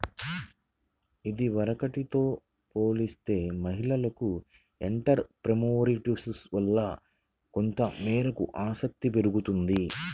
ఇదివరకటితో పోలిస్తే మహిళలకు ఎంటర్ ప్రెన్యూర్షిప్ పట్ల కొంతమేరకు ఆసక్తి పెరుగుతున్నది